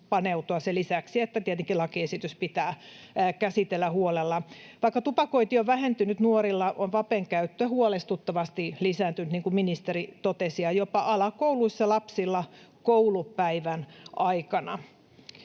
paneutua sen lisäksi, että tietenkin lakiesitys pitää käsitellä huolella. Vaikka tupakointi on vähentynyt nuorilla, on vapen käyttö huolestuttavasti lisääntynyt, niin kuin ministeri totesi, jopa alakouluissa lapsilla koulupäivän aikana.